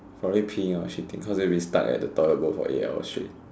probably peeing or shitting cause he'll be stuck at the toilet bowl for eight hours straight